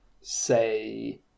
say